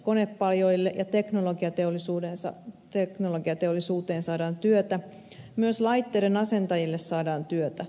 konepajoille ja teknologiateollisuuteen saadaan työtä myös laitteiden asentajille saadaan työtä